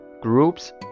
groups